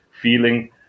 feeling